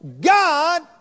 God